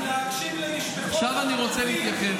מי שבורח מלהקשיב למשפחות החטופים,